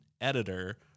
editor